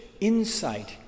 insight